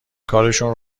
کارشون